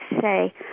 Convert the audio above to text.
say